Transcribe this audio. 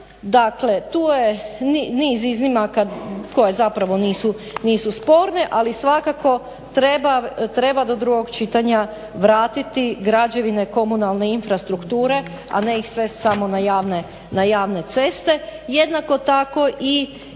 dakle tu je niz iznimaka koje zapravo nisu sporne, ali svakako treba do drugog čitanja vratiti građevine komunalne infrastrukture, a ne ih sve samo na javne ceste. Jednako tako